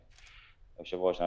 היושב-ראש.